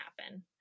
happen